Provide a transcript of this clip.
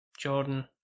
Jordan